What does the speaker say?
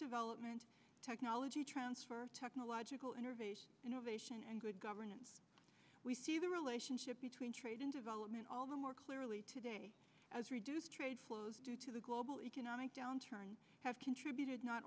development technology transfer technological innovation innovation and good governance we see the relationship between trade and development all the more clearly today as reduced trade flows due to the global economic downturn have contributed not